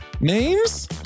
names